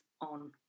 on